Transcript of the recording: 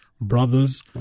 brothers